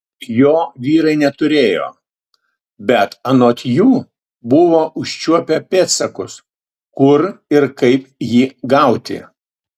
jo vyrai neturėjo bet anot jų buvo užčiuopę pėdsakus kur ir kaip jį gauti